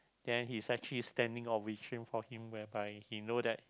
and he's actually standing or for him whereby he know that